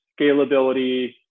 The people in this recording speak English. scalability